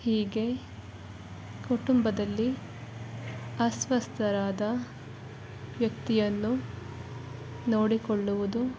ಹೀಗೆ ಕುಟುಂಬದಲ್ಲಿ ಅಸ್ವಸ್ಥರಾದ ವ್ಯಕ್ತಿಯನ್ನು ನೋಡಿಕೊಳ್ಳುವುದು